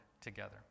together